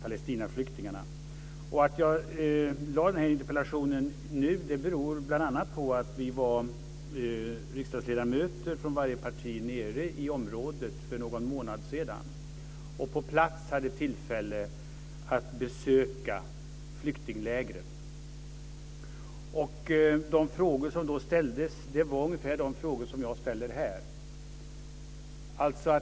Anledningen till att jag ställde denna interpellation nu är bl.a. att vi - riksdagsledamöter från varje parti - var nere i området för någon månad sedan. Då hade vi på plats tillfälle att besöka flyktinglägren. De frågor som då ställdes var ungefär de frågor som jag ställer här.